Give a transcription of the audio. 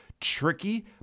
tricky